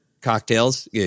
cocktails